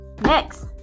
next